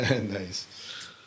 Nice